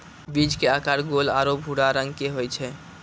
बीज के आकार गोल आरो भूरा रंग के होय छै